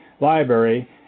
Library